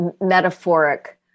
metaphoric